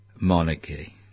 monarchy